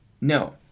no